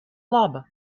laba